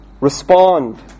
respond